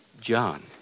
John